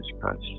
Christ